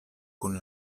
kun